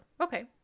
okay